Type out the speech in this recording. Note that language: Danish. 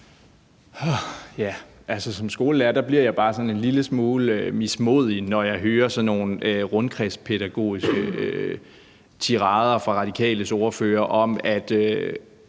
Som skolelærer bliver jeg bare sådan en lille smule mismodig, når jeg hører sådan nogle rundkredspædagogiske tirader fra Radikales ordfører.